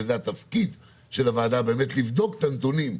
וזה התפקיד של הוועדה באמת לבדוק את הנתונים,